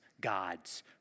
God's